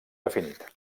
definit